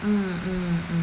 mm mm mm